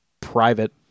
private